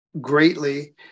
greatly